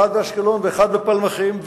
אחד באשקלון ואחד בפלמחים,